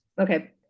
Okay